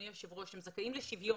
הם זכאים לשוויון.